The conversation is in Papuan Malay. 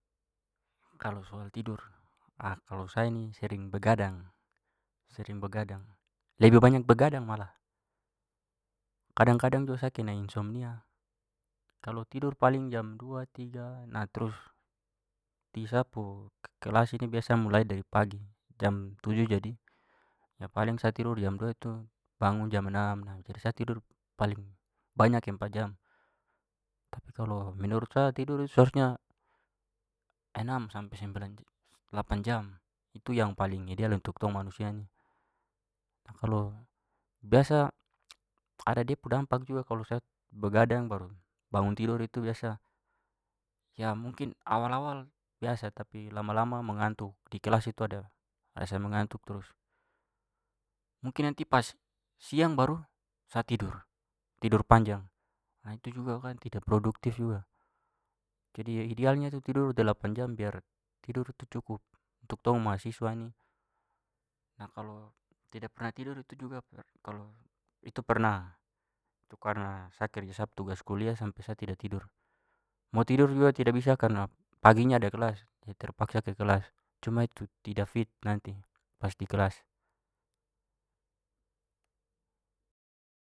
Kalau soal tidur, a kalau saya ni sering begadang- sering begadang. Lebih banyak begadang malah. Kadang-kadang juga sa kena insomnia, kalau tidur paling jam dua, tiga. Nah, trus di sa pu kelas ini biasa mulai dari pagi jam tujuh jadi ya paling sa tidur jam dua itu jam bangun jam enam. Jadi sa tidur paling banyak empat jam. Tapi kalo menurut sa tidur itu seharusnya enam sampai sembilan jam lapan jam itu yang paling ideal untuk tong manusia ini. Nah, kalo biasa ada de pu dampak juga kalo sa begadang baru bangun tidur itu biasa ya mungkin awal-awal biasa tapi lama-lama mengantuk, di kelas itu ada rasa mengantuk trus. Mungkin nanti pas siang baru sa tidur, tidur panjang, nah itu juga kan tidak produktif juga. Jadi ya idealnya tu tidur delapan jam biar tidur itu cukup untuk tong mahasiswa ini. Nah, kalo tidak pernah tidur itu juga kalo itu pernah. Itu karena sa kerja sa pu tugas kuliah sampai sa tidak tidur. Mau tidur juga tidak bisa karena paginya ada kelas jadi terpaksa ke kelas. Cuma itu tidak fit nanti pas di kelas.